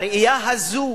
הראייה הזאת